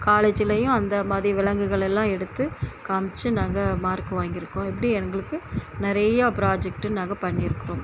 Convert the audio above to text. காலேஜ்லேயும் அந்த மாதி ரி விலங்குகளலாம் எடுத்து காமித்து நாங்கள் மார்க் வாங்கியிருக்கோம் இப்படி எங்களுக்கு நிறையா ப்ராஜெக்ட்டு நாங்கள் பண்ணிருக்கிறோம்